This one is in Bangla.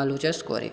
আলু চাষ করে